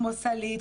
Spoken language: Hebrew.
כמו סלעית,